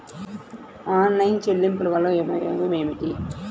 Online చెల్లింపుల వల్ల ఉపయోగమేమిటీ?